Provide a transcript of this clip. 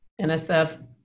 nsf